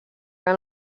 que